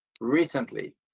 recently